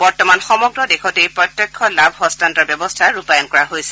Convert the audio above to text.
বৰ্তমান সমগ্ৰ দেশতে প্ৰত্যক্ষ লাভ হস্তান্তৰ ব্যৱস্থা ৰূপায়ণ কৰা হৈছে